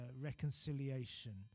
reconciliation